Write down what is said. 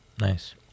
Nice